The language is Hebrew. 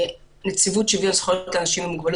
נציבות שוויון זכויות לאנשים עם מוגבלות